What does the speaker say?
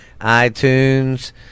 iTunes